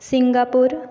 Singapore